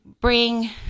bring